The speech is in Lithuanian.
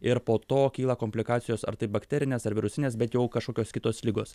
ir po to kyla komplikacijos ar tai bakterinės ar virusinės bet jau kažkokios kitos ligos